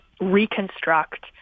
reconstruct